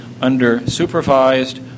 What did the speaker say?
under-supervised